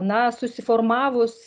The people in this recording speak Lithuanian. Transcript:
na susiformavus